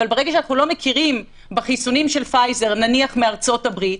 אבל ברגע שאנחנו לא מכירים בחיסונים של פייזר נניח מארצות הברית,